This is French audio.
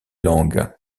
langues